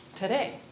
Today